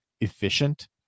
efficient